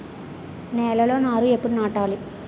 నేలలో నారు ఎప్పుడు నాటాలి?